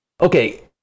Okay